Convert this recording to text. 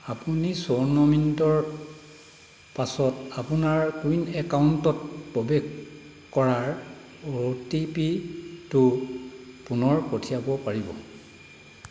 আপুনি চৌৱন্ন মিনিটৰ পাছত আপোনাৰ কোৱিন একাউণ্টত প্ৰৱেশ কৰাৰ অ'টিপিটো পুনৰ পঠিয়াব পাৰিব